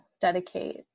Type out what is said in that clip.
dedicate